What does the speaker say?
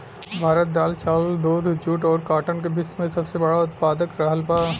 भारत दाल चावल दूध जूट और काटन का विश्व में सबसे बड़ा उतपादक रहल बा